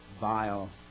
vile